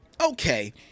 okay